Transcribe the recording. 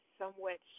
somewhat